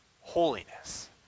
holiness